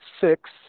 six